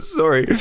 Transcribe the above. sorry